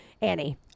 Annie